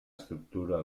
estructura